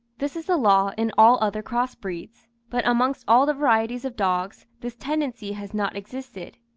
this is a law in all other cross-breeds but amongst all the varieties of dogs, this tendency has not existed.